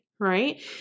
right